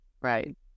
Right